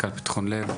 מנכ"ל פתחון לב,